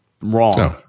wrong